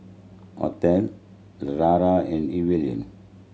Othel Lara and Evalyn